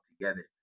together